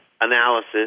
analysis